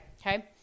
okay